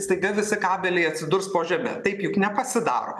staiga visi kabeliai atsidurs po žeme taip juk nepasidaro